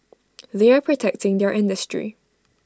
they are protecting their industry